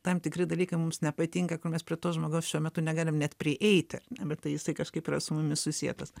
tam tikri dalykai mums nepatinka kur mes prie to žmogaus šiuo metu negalime net prieiti ar ne bet tai jisai kažkaip yra su mumis susietas